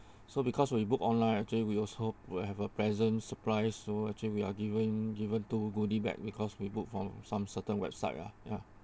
so because we book online actually we also will have a present surprise so actually we are giving given two goodie bag because we book from some certain website ah ya